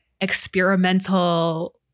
experimental